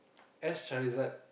as Charizard